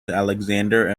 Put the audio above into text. alexander